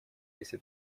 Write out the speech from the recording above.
если